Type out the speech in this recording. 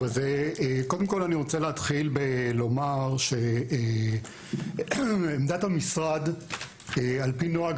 קודם כל אני רוצה להתחיל לומר שעמדת המשרד על פי נוהג